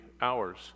hours